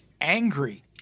angry